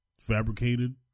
fabricated